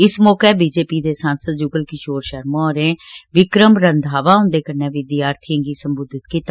इस मौके B J P दे सा सद जुगल किशोर शर्मा होरें विक्रम रंघावा हुन्दे कन्नै विद्यार्थियें गी सम्बोधित कीता